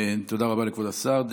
תודה רבה לכבוד השר.